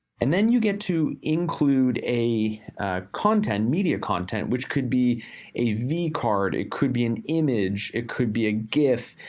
and then you get to include a content, media content, which could be a vcard, it could be an image, it could be a gif,